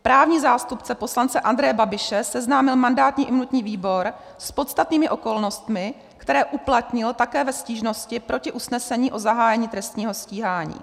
Právní zástupce poslance Andreje Babiše seznámil mandátní a imunitní výbor s podstatnými okolnostmi, které uplatnil také ve stížnosti proti usnesení o zahájení trestního stíhání.